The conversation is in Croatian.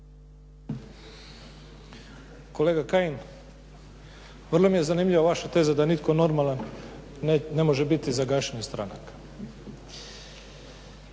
Kolega Kajin, vrlo mi je zanimljiva vaša teza da nitko normalan ne može biti za gašenje stranaka.